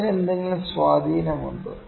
അതിന് എന്തെങ്കിലും സ്വാധീനമുണ്ടോ